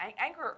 anger